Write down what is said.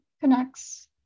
connects